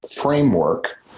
framework